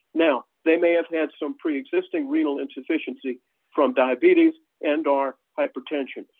now they may have had some pre-existing renal insufficiency from diabetes and or hypertension,